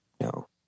No